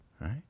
Right